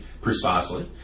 precisely